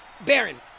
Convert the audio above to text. Baron